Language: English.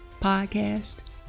podcast